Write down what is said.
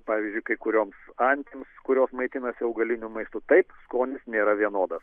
pavyzdžiui kai kurioms antims kurios maitinasi augaliniu maistu taip skonis nėra vienodas